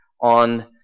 on